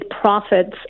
profits